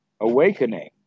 awakening